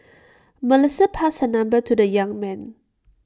Melissa passed her number to the young man